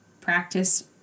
practice